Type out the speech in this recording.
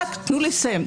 תנו לסיים.